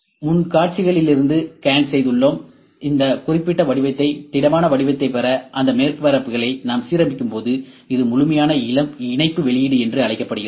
எனவே முன் காட்சிகளிலிருந்து ஸ்கேன் செய்துள்ளோம் இந்த குறிப்பிட்ட வடிவத்தை திடமான வடிவத்தைப் பெற அந்த மேற்பரப்புகளை நாம் சீரமைக்கும்போது இது முழுமையான இணைப்பு வெளியீடு என்று அழைக்கப்படுகிறது